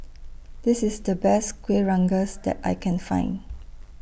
This IS The Best Kueh Rengas that I Can Find